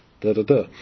da-da-da